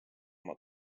oma